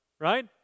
right